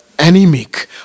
Anemic